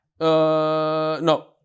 no